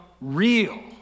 real